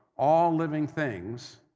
all living things